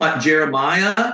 Jeremiah